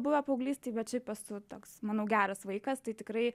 buvę paauglystėj bet šiaip esu toks manau geras vaikas tai tikrai